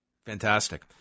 fantastic